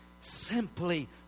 simply